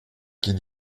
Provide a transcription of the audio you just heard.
qu’il